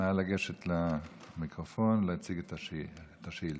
נא לגשת למיקרופון להציג את השאילתה.